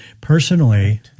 Personally